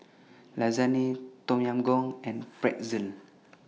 Lasagne Tom Yam Goong and Pretzel